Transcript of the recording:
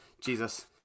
Jesus